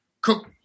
cook